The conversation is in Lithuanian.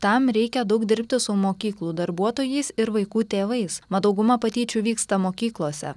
tam reikia daug dirbti su mokyklų darbuotojais ir vaikų tėvais mat dauguma patyčių vyksta mokyklose